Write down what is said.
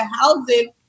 housing